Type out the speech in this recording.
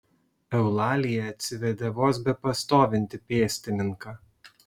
eulalija atsivedė vos bepastovintį pėstininką